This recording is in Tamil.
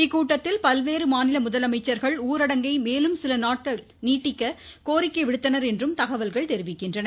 இக்கூட்டத்தில் பல்வேறு மாநில முதலமைச்சர்கள் ஊரடங்கை மேலும் சில நாட்கள் நீட்டிக்க கோரிக்கை விடுத்தனர் என்றும் தகவல்கள் தெரிவிக்கின்றன